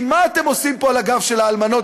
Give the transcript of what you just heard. מה אתם עושים פה על הגב של האלמנות,